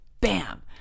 bam